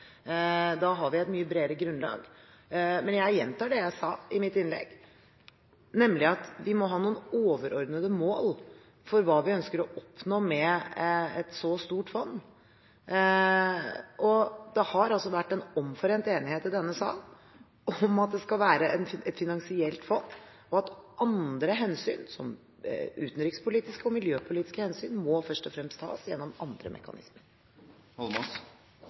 Da har vi et mye bredere grunnlag. Men jeg gjentar det jeg sa i mitt innlegg, nemlig at vi må ha noen overordnede mål for hva vi ønsker å oppnå med et så stort fond, og det har altså vært en omforent enighet i denne sal om at det skal være et finansielt fond, og at andre hensyn, som utenrikspolitiske og miljøpolitiske hensyn, først og fremst må tas gjennom andre mekanismer.